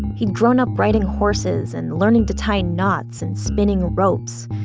he'd grown up riding horses, and learning to tie knots, and spinning ropes,